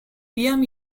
بیام